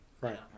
Right